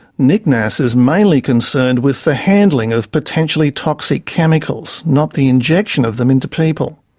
nicnas is mainly concerned with the handling of potentially toxic chemicals, not the injection of them into people.